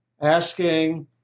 Asking